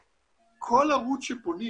שבכל ערוץ שפונים